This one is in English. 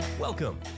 Welcome